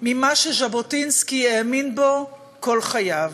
ממה שז'בוטינסקי האמין בו כל חייו.